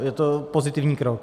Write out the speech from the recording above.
Je to pozitivní krok.